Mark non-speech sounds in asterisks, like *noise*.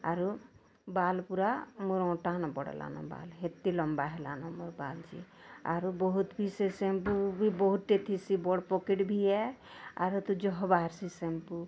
ଆରୁ ବାଲ୍ ପୂରା ମୋର୍ ଅଣ୍ଟା ନ ପଡ଼୍ଲାନ ବାଲ୍ ହେତକି ଲମ୍ବା ହେଲାନ ମୋର୍ ବାଲ୍ ଯେ ଆରୁ ବହୁତ୍ ବି ସେ ସାମ୍ପୁ ବି ବହୁତ୍ *unintelligible* ସେ ବଡ଼୍ ପକେଟ୍ ବି ହେ ଆରୁ ତୁଯହ ବାହାରୁଛି ସାମ୍ପୁ